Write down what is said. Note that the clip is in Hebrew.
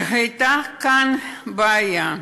שהייתה כאן בעיה.